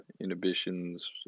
inhibitions